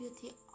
beauty